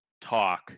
talk